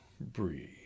breathe